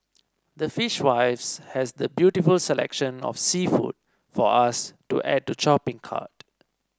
the Fishwives has the beautiful selection of seafood for us to add to shopping cart